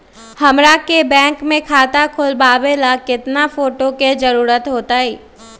हमरा के बैंक में खाता खोलबाबे ला केतना फोटो के जरूरत होतई?